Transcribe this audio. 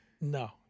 No